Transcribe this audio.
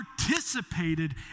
participated